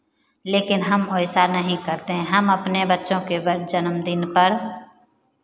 लेकिन हम वैसा नहीं करते हैं हम अपने बच्चों के जन्मदिन पर